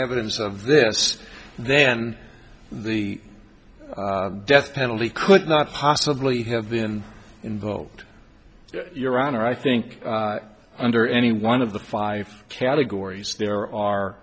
evidence of this then the death penalty could not possibly have been involved your honor i think under any one of the five categories there are